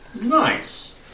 Nice